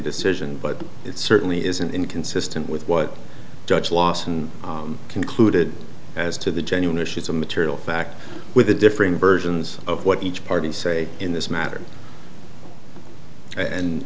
decision but it certainly isn't inconsistent with what judge lawson concluded as to the genuine issues of material fact with the differing versions of what each party say in this matter and